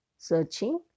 searching